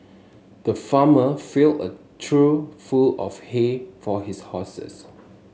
the farmer filled a trough full of hay for his horses